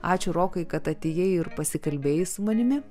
ačiū rokai kad atėjai ir pasikalbėjai su manimi